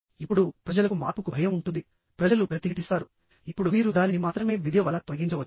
ఇప్పుడు ప్రజలకు మార్పుకు భయం ఉంటుంది ప్రజలు ప్రతిఘటిస్తారు ఇప్పుడు మీరు దానిని మాత్రమే విద్య వల్ల తొలగించవచ్చు